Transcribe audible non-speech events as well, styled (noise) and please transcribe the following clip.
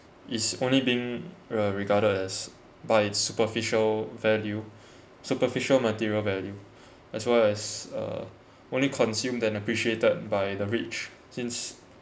is only being re~ regarded as by its superficial value (breath) superficial material value (breath) as well as uh only consumed then appreciated by the rich since